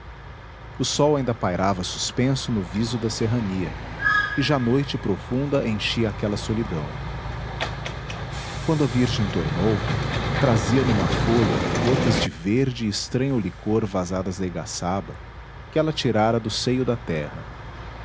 o sol ainda pairava suspenso no viso da serrania e já noite profunda enchia aquela solidão quando a virgem tornou trazia numa folha gotas de verde e estranho licor vazadas da igaçaba que ela tirara do seio da terra